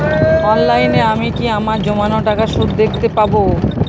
অনলাইনে আমি কি আমার জমানো টাকার সুদ দেখতে পবো?